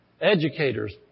educators